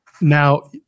Now